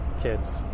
kids